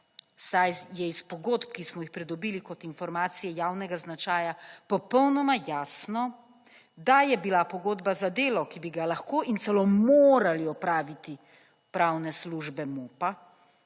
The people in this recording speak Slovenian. saj je iz pogodb, ki smo jih pridobili kot informacije javnega značaja popolnoma jasno, da je bila pogodba za delo, ki bi ga lahko in celo morali opraviti pravne službe MUP-a,